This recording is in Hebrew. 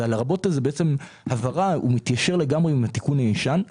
"הלרבות" מתיישב לגמרי עם התיקון הישן.